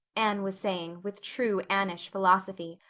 anne was saying, with true anneish philosophy.